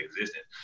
existence